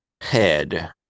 head